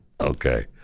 okay